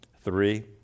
three